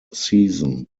season